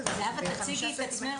הפה והאף שלו מכוסים,